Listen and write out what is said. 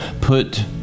Put